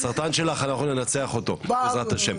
הסרטן שלך אנחנו ננצח אותו בעזרת השם,